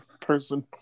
person